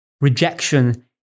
rejection